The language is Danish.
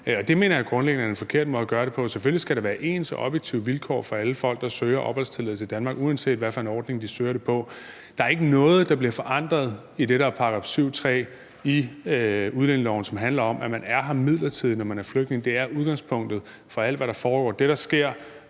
Det mener jeg grundlæggende er en forkert måde at gøre det på. Selvfølgelig skal der være ens og objektive vilkår for alle folk, der søger opholdstilladelse i Danmark, uanset hvad for en ordning de søger det på. Der er ikke noget, der bliver forandret i det, der er § 7, stk. 3, i udlændingeloven, som handler om, at man er her midlertidigt, når man er flygtning. Det er udgangspunktet for alt, hvad der foregår.